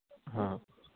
ਹਾਂ